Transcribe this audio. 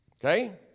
Okay